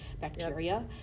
bacteria